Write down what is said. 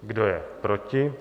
Kdo je proti?